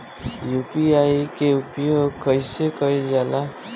UPI के उपयोग कइसे कइल जाला?